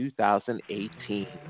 2018